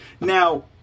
Now